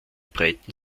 breiten